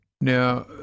Now